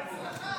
סיימון.